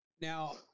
Now